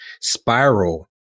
spiral